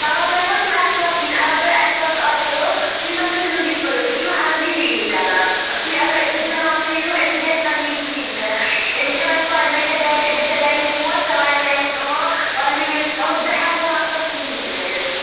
مگر توہہِ ما چھُو احساس کِہیٖنۍ اگر تۄہہِ احساس آسِہو تُہۍ ما کٔرِہیُو یِتھ پٲٹھۍ تُہۍ چھُو ہر وِزِ یی کران تُہۍ اگر أمِس دھیان تھٲیِہُو أمِس گژھِ ہا نہ یہِ کِہیٖنۍ تِنہٕ أمِس چھےٚ وۄنۍ پَے مےٚ چھےٚ گَرِ مےٚ چھےٚ گَرِ موج سۄ وَنہِ مےٚ أمِس اۭں وَلہٕ لیٖو چھِ تھاوٕنۍ بہٕ ہٮ۪کَو نہٕ اَتھ منٛز کِہیٖنۍ تِہ کٔرِتھ